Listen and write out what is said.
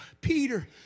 Peter